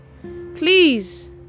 please